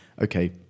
okay